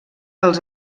els